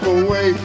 away